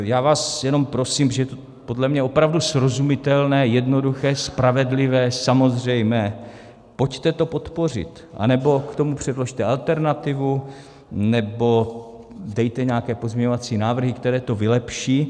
Já vás jenom prosím, podle mě opravdu srozumitelné, jednoduché, spravedlivé, samozřejmé, pojďte to podpořit, anebo k tomu předložte alternativu nebo dejte nějaké pozměňovací návrhy, které to vylepší.